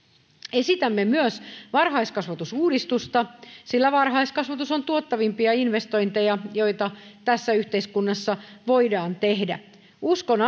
esitämme myös varhaiskasvatusuudistusta sillä varhaiskasvatus on tuottavimpia investointeja joita tässä yhteiskunnassa voidaan tehdä uskon